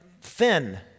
thin